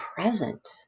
present